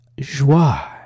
Joie